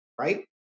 right